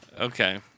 Okay